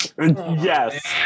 Yes